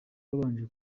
wabanje